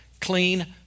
clean